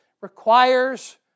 requires